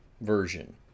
version